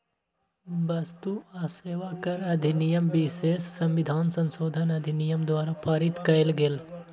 वस्तु आ सेवा कर अधिनियम विशेष संविधान संशोधन अधिनियम द्वारा पारित कएल गेल